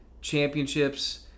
Championships